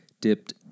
dipped